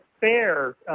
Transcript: fair